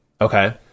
Okay